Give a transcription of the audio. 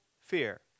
fear